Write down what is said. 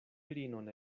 virinon